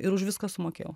ir už viską sumokėjau